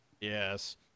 Yes